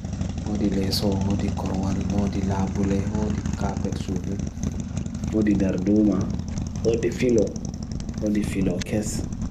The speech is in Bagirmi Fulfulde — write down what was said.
Odi leso, odi korwalu, odi labule, odi kapetsulu. Odi darduma, odi filo, odi filo kes.